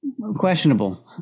questionable